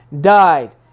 died